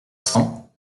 cents